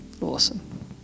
awesome